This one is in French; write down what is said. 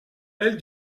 elle